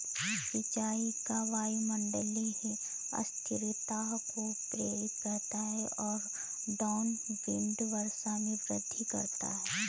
सिंचाई का वायुमंडलीय अस्थिरता को प्रेरित करता है और डाउनविंड वर्षा में वृद्धि करता है